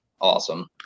awesome